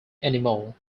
anymore